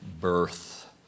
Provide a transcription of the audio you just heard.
birth